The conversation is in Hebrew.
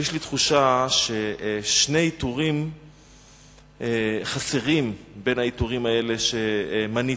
יש לי תחושה ששני עיטורים חסרים בין העיטורים האלה שמנית.